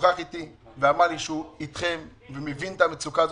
שוחח איתי ואמר לי שהוא איתכם ומבין את המצוקה הזאת.